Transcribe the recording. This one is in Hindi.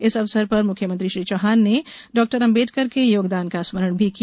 इस अवसर पर मुख्यमंत्री श्री चौहान ने डॉ अंबेडकर के योगदान का स्मरण भी किया